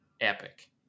epic